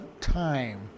time